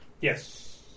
Yes